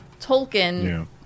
Tolkien